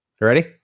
Ready